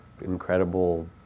incredible